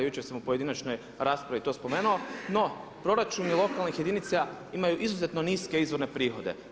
Jučer sam u pojedinačnoj raspravi to spomenuo, no proračuni lokalnih jedinica imaju izuzetno niske izvorne prihode.